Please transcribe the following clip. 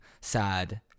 sad